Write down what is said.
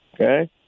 okay